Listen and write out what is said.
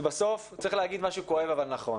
ובסוף צריך להגיד משהו כואב, אבל נכון,